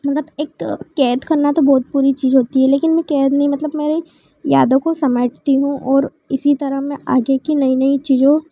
मतलब एक कैद करना तो बहुत बुरी चीज होती है लेकिन मैं कैद नहीं मतलब मेरी यादों को समेटती हूँ और इसी तरह मैं आगे की नई नई चीजों